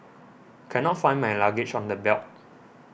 cannot find my luggage on the belt